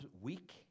weak